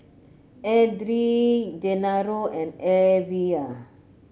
Edrie Genaro and Evia